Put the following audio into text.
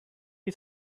you